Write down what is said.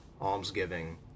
almsgiving